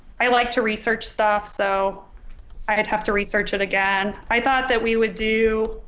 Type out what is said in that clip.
i like to research stuff so i'd have to research it again, i thought that we would do